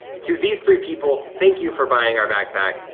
to these three people, thank you for buying our backpack.